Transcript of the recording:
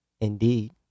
indeed